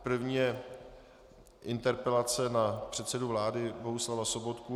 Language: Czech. První je interpelace na předsedu vlády Bohuslava Sobotku.